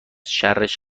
شرش